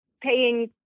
paying